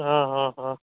હં હં હં